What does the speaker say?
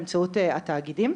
באמצעות התאגידים,